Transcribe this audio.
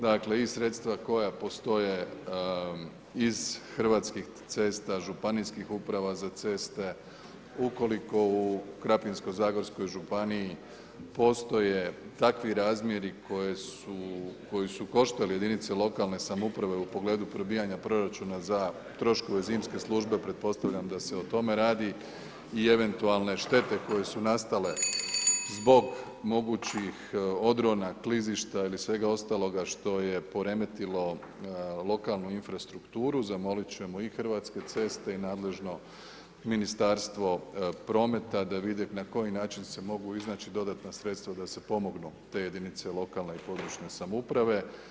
Dakle i sredstva koja postoje iz Hrvatskih cesta, Županijskih uprava za ceste, ukoliko u Krapinsko-zagorskoj županiji postoje takvi razmjeri koji su koštali jedinice lokalne samouprave u pogledu probijanja proračuna za troškove zimske službe, pretpostavljam da se o tome radi i eventualne štete koje su nastale zbog mogućih odrona, klizišta ili svega ostaloga što je poremetilo lokalnu infrastrukturu, zamolit ćemo i Hrvatske ceste i nadležno Ministarstvo prometa da vide na koji način se mogu iznaći dodatna sredstva da se pomognu te jedinice lokalne i područne samouprave.